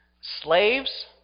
Slaves